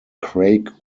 craig